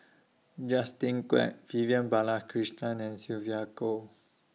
Justin Quek Vivian Balakrishnan and Sylvia Kho